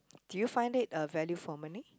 did you find it a value for money